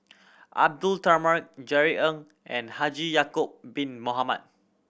Abdullah Tarmugi Jerry Ng and Haji Ya'acob Bin Mohamed